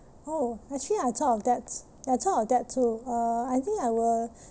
oh actually I thought of that I thought of that too uh I think I will